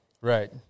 Right